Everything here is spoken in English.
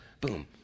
boom